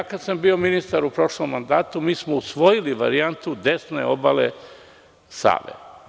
Dok sam bio ministar u prošlom mandatu, mi smo usvojili varijantu desne obale Save.